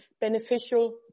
beneficial